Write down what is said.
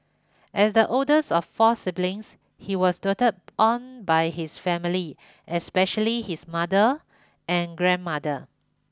as the oldest of four siblings he was doted on by his family especially his mother and grandmother